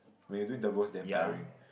when you do it the worse then tiring